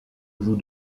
vous